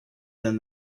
than